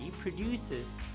produces